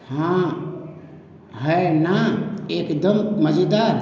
हाँ है ना एकदम मज़ेदार